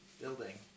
building